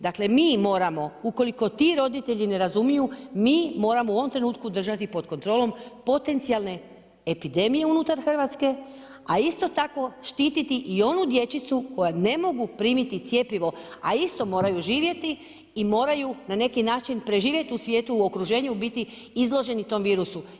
Dakle, mi moramo ukoliko ti roditelji ne razumiju, mi moramo u ovom trenutku držati pod kontrolom, potencijalne epidemije unutar Hrvatske, a isto tako štiti i onu dječicu koja ne mogu primiti cjepivo, a isto moraju živjeti i moraju na neki način preživjeti u svijetu, u okruženju, biti izloženi tom virusu.